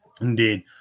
Indeed